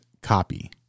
copy